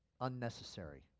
unnecessary